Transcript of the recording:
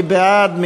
מי בעד?